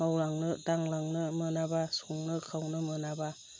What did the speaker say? मावलांनो दांलांनो मोनाबा संनो खावनो मोनाबा